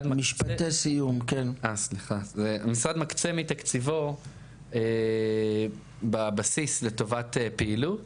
המשרד מקצה מתקציבו בבסיס לטובת פעילות